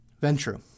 Venture